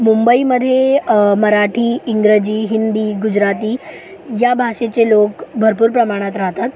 मुंबईमध्ये मराठी इंग्रजी हिंदी गुजराती या भाषेचे लोक भरपूर प्रमाणात राहतात